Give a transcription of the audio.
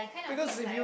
because if you